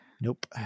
Nope